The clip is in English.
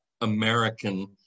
American